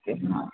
okay हं